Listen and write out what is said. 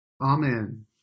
Amen